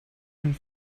and